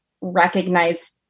recognize